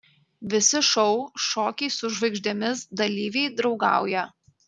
visi šou šokiai su žvaigždėmis dalyviai draugauja